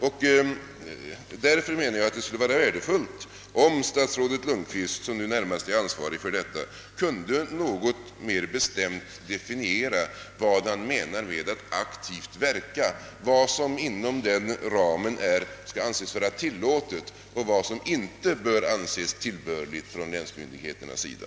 Det skulle därför vara värdefullt om statsrådet Lundkvist, som är den närmast ansvarige, något bestämdare kunde definiera vad han menar med att aktivt verka för reformens genomförande, och vad som inom den ramen skall anses vara tillåtet och vad som inte kan anses tillbörligt från länsmyndigheternas sida.